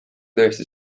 tõesti